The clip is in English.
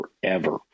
forever